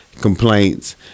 complaints